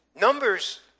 Numbers